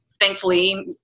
Thankfully